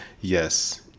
Yes